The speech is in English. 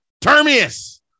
Termius